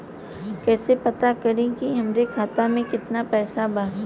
कइसे पता करि कि हमरे खाता मे कितना पैसा बा?